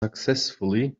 successfully